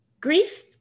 Grief